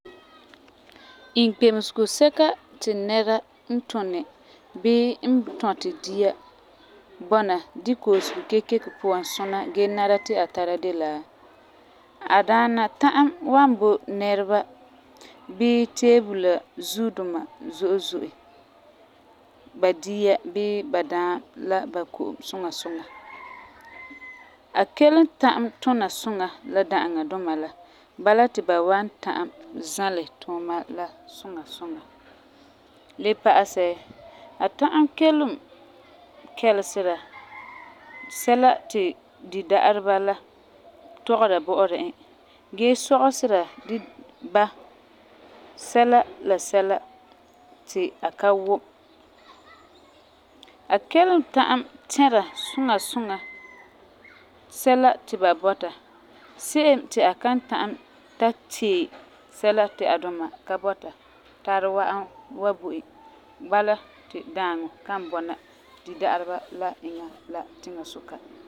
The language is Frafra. Inkpemesego sɛka ti nɛra n tuni bii n tɔti dia bɔna di koosego kekeko puan suna gee nara ti a tara de la: A daana ta'am n wan bo nɛreba bii teebula zuu duma zo'e zo'e, ba dia bii ba daam la ba ko'om suŋa suŋa. A kelum ta'am tuna suŋa la da'aŋa duma la, bala ti ba wan ta'am zalɛ tuuma la suŋa suŋa. Le pa'asɛ, a ta'am kelum kɛlesera sɛla ti dida'areba la tɔgera bɔ'ɔra e gee sɔgesera ba sɛla la sɛla ti a ka wum. A kelum ta'am tɛra suŋa sɛla ti ba bɔta, se'em ti a kan ta'am ta tee sɛla ti a duma ka bɔta tari wa'am wa bo e, bala ti daaŋɔ kan bɔna eŋa la dida'areba la tiŋa suka.